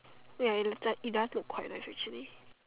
ya it does it does look quite nice actually